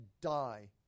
die